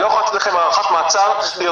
אני לא יכול לתת לכם הארכת מעצר ליותר